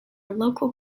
local